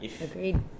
agreed